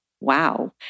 wow